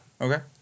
Okay